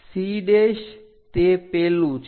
C તે પેલું છે